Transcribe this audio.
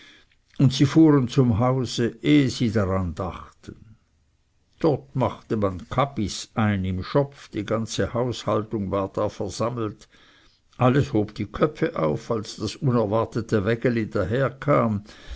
und sie fuhren zum hause ehe sie daran dachten dort machte man kabis ein im schopf die ganze haushaltung war da versammelt alles hob die köpfe auf als das unerwartete wägeli daherkam